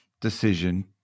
decision